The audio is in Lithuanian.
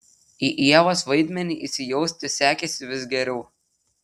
į ievos vaidmenį įsijausti sekėsi vis geriau